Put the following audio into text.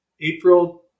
April